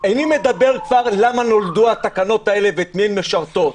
איני שואל כבר למה נולדו התקנות האלה ואת מי הן משרתות,